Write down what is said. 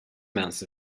amounts